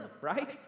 right